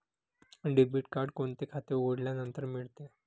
Debit card कोणते खाते उघडल्यानंतर मिळते?